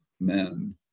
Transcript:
men